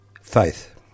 Faith